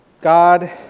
God